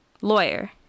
lawyer